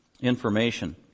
information